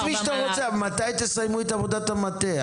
תמנה את מי שאתה רוצה אבל מתי תסיימו את עבודת המטה?